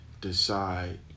decide